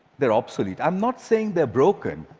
they're obsolete. i'm not saying they're broken.